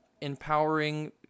empowering